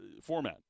format